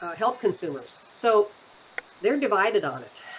help consumers. so they're divided on it.